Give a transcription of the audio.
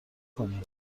کنی